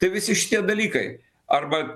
tai visi šitie dalykai arba